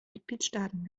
mitgliedstaaten